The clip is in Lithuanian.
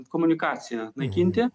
komunikaciją naikinti